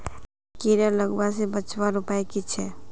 कीड़ा लगवा से बचवार उपाय की छे?